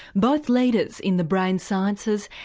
both leaders in the brain sciences,